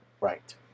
Right